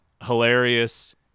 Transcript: hilarious